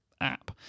app